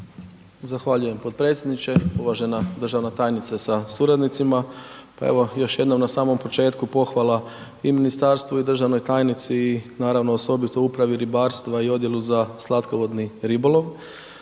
Zahvaljujem potpredsjedniče. Uvažena državna tajnice sa suradnicima. Evo, još jednom na samom početku pohvala i ministarstvu i državnoj tajnici i naravno osobito Upravi ribarstva i Odjelu za slatkovodni ribolov.